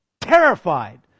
terrified